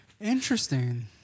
Interesting